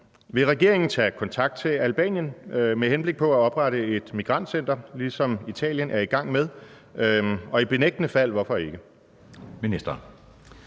Vil regeringen tage kontakt til Albanien med henblik på at oprette et migrantcenter, ligesom Italien er i gang med – og i benægtende fald, hvorfor ikke?